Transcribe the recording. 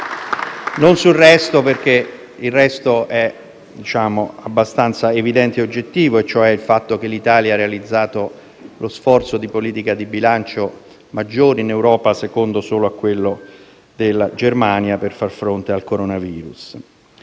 non sul resto, che è abbastanza evidente ed oggettivo: l'Italia ha realizzato lo sforzo di politica di bilancio maggiore in Europa, secondo solo a quello della Germania, per far fronte al coronavirus.